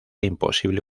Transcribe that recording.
imposible